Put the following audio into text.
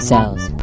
Cells